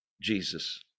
Jesus